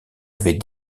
avec